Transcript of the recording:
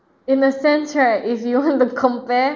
in a sense right if you want to compare